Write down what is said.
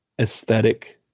aesthetic